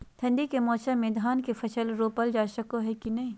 ठंडी के मौसम में धान के फसल रोपल जा सको है कि नय?